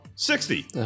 Sixty